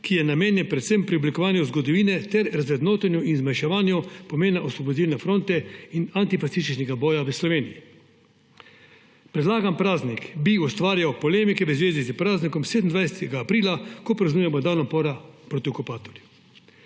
ki je namenjen predvsem preoblikovanju zgodovine ter razvrednotenju in zmanjševanju pomena Osvobodilne fronte in antifašističnega boja v Sloveniji. Predlagan praznik bi ustvarjal polemike v zvezi s praznikom 27. aprila, ko praznujemo dan upora proti okupatorju.